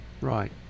Right